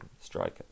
strikers